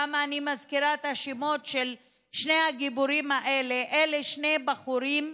למה אני מזכירה את השמות של שני הגיבורים האלה: אלה שני בחורים,